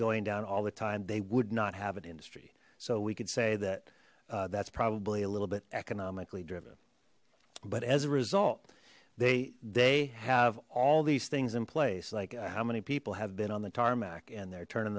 going down all the time they would not have an industry so we could say that that's probably a little bit economically derivative but as a result they they have all these things in place like how many people have been on the and they're turning